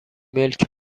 ملک